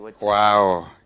Wow